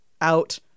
out